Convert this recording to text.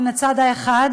מן הצד האחד,